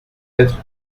être